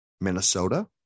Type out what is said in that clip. Minnesota